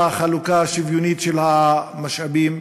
החלוקה האי-שוויונית של המשאבים,